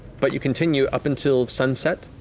but you continue, up until sunset.